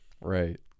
Right